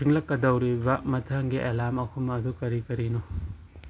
ꯈꯤꯡꯂꯛꯀꯗꯧꯔꯤꯕ ꯃꯊꯪꯒꯤ ꯑꯦꯂꯥꯔꯝ ꯑꯍꯨꯝ ꯑꯗꯨ ꯀꯔꯤ ꯀꯔꯤꯅꯣ